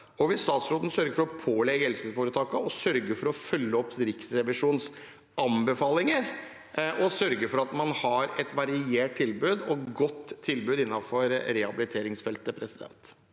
Vil statsråden sørge for å pålegge helseforetakene å følge opp Riksrevisjonens anbefalinger og sørge for at man har et variert og godt tilbud innenfor rehabiliteringsfeltet? Statsråd